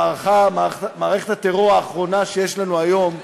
במערכת הטרור האחרונה, שיש לנו היום,